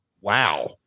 wow